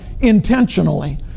Intentionally